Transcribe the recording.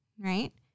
right